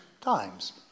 times